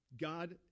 God